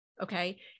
Okay